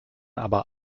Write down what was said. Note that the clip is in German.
aber